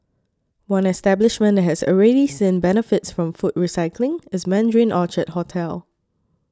one establishment that has already seen benefits from food recycling is Mandarin Orchard hotel